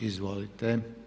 Izvolite.